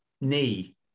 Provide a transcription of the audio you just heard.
knee